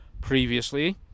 previously